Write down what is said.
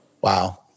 Wow